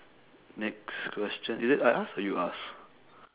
next question is it I ask or you ask